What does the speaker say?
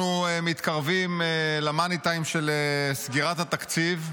אנחנו מתקרבים ל-money time של סגירת התקציב,